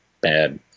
bad